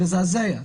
מזעזע.